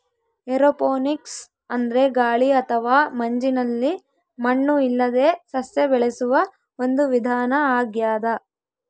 aeroponics ಅಂದ್ರೆ ಗಾಳಿ ಅಥವಾ ಮಂಜಿನಲ್ಲಿ ಮಣ್ಣು ಇಲ್ಲದೇ ಸಸ್ಯ ಬೆಳೆಸುವ ಒಂದು ವಿಧಾನ ಆಗ್ಯಾದ